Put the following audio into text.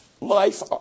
life